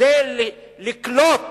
כדי לקלוט